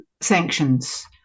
sanctions